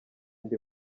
ndi